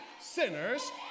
sinners